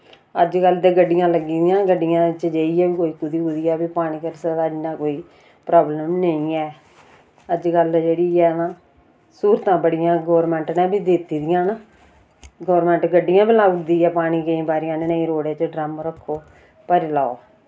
अज्जकल ते गड्डियां लग्गी दियां गड्डियां च जाइयै बी कोई कूदी कूदिया बी पानी करी सकदा इन्ना कोई प्राब्लम नेईं ऐ अज्जकल जेह्ड़ी ऐ ना सहूलतां बड़ियां गोरमैंट ने बी दित्ती दियां न गोरमैंट गड्डियां वि लाउड़ दी ऐ पानी केईं वारि आह्नने रोड़े च ड्रम रक्खो भरी लाओ